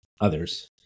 others